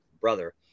brother